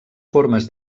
formes